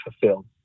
fulfilled